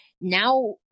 Now